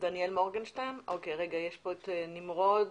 נמרוד